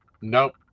nope